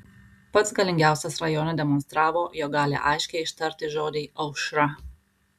pats galingiausias rajone demonstravo jog gali aiškiai ištarti žodį aušra